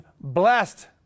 blessed